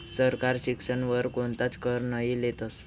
सरकार शिक्षण वर कोणताच कर नही लेतस